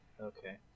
Okay